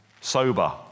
Sober